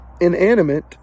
inanimate